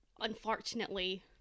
unfortunately